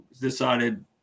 decided